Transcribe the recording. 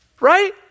Right